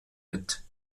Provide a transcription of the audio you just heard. mit